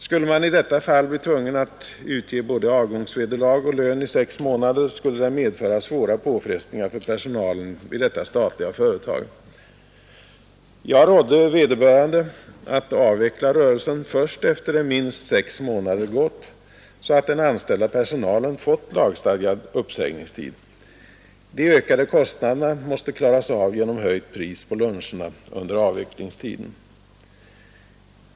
Skulle man i detta fall bli tvungen att utge både vederlag och lön i sex månader, skulle det medföra svåra påfrestningar för personalen vid detta statliga företag. Jag rådde vederbörande att avveckla rörelsen först efter det att minst sex månader gått, så att föreningens anställda fått lagstadgad uppsägningstid. De ökade kostnaderna måste klaras genom höjt pris på luncherna under avvecklingstiden.